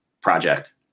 project